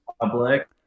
public